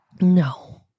No